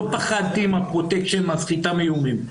לא פחדתי מהפרוטקשן, מהסחיטה באיומים.